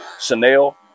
Chanel